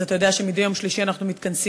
אז אתה יודע שמדי יום שלישי אנחנו מתכנסים,